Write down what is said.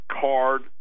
card